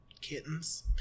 kittens